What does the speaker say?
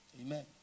Amen